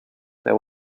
there